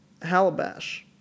Halabash